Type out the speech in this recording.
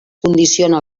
condiciona